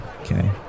okay